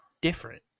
different